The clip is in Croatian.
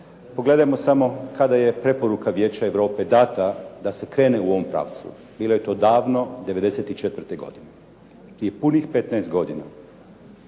Pogledajmo samo kada je preporuka Vijeća Europe dana da se krene u ovom pravcu. Bilo je to davno '94. godine, prije punih 15 godina.